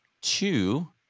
two